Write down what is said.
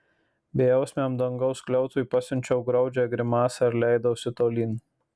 bejausmiam dangaus skliautui pasiunčiau graudžią grimasą ir leidausi tolyn